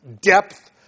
depth